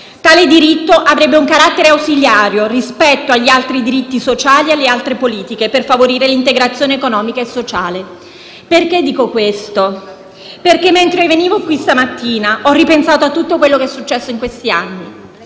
Tale diritto avrebbe un carattere ausiliario rispetto agli altri diritti sociali e alle altre politiche, per favorire l'integrazione economica e sociale. Perché dico questo? Perché mentre venivo qui questa mattina, ho ripensato a tutto quello che è successo in questi anni.